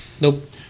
Nope